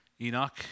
Enoch